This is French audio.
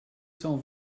cent